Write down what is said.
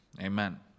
Amen